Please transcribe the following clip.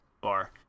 bar